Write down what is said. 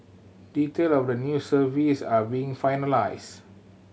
detail of the new service are being finalised